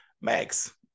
Max